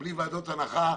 בלי ועדות הנחה,